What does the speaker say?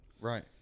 Right